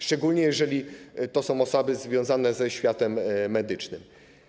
Szczególnie jeśli to są osoby związane ze światem medycznym.